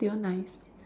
still nice